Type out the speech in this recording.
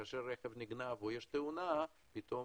אבל כאשר הרכב נגנב או יש תאונה פתאום